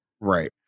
Right